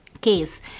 case